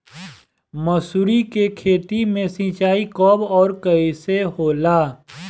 मसुरी के खेती में सिंचाई कब और कैसे होला?